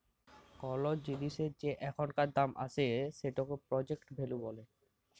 call জিলিসের যে এখানকার দাম আসে সেটিকে প্রেজেন্ট ভ্যালু ব্যলে